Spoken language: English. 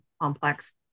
complex